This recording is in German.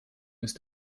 ist